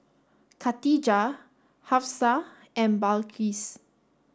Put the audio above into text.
Katijah Hafsa and Balqis